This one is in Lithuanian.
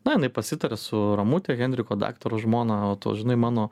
na jinai pasitarė su ramute henriko daktaro žmona o tu žinai mano